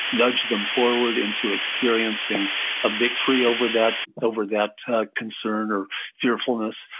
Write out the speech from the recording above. nudge them forward into experiencing a victory over that over that concern or fearfulness,